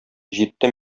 җитте